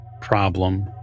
problem